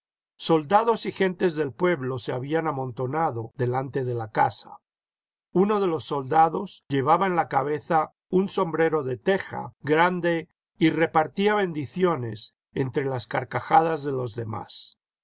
soldados y gentes del pueblo se habían amontonado delante de la casa uno de los soldados llevaba en la cabeza un sombrero de teja grande y repartía bendiciones entre las carcajadas de los demás